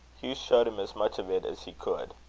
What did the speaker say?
hugh showed him as much of it as he could.